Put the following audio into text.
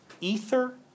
ether